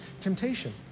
temptation